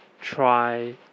try